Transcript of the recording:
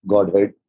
Godhead